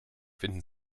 finden